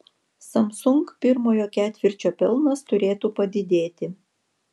samsung pirmojo ketvirčio pelnas turėtų padidėti